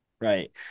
Right